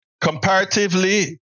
comparatively